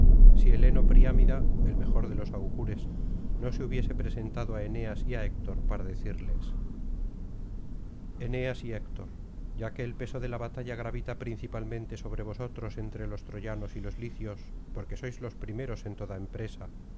si heleno priámida el mejor de los augures no se hubiese presentado á eneas y á héctor para decirles y héctor i ya que el peso de la batalla gravita principalmente sobre vosotros entre los troyanos y los licios porque sois los primeros en toda empresa